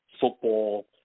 football